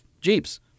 Jeeps